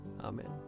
Amen